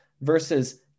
Versus